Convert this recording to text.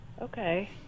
Okay